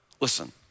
Listen